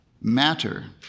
Matter